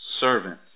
servant